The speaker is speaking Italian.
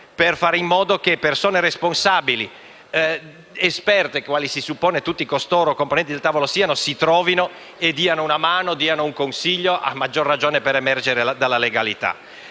per fare in modo che persone responsabili ed esperte, quali si suppone siano tutti i componenti del tavolo, si trovino e diano una mano o un consiglio, a maggior ragione per emergere alla legalità.